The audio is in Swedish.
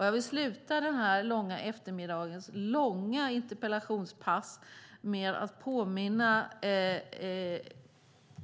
Jag vill avsluta eftermiddagens långa interpellationspass med att påminna